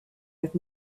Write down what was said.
with